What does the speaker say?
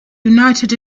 united